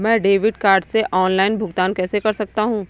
मैं debit card से online भुगतान कैसे कर सकता हूँ?